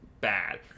bad